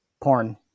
porn